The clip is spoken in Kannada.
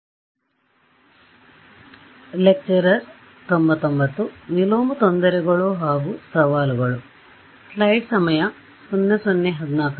ಈ ಡೇಟಾ ಸಮೀಕರಣವನ್ನುdata equation